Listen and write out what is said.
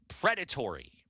predatory